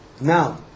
Now